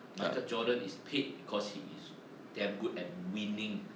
michael jordan is paid because he's damn good at winning